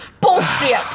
Bullshit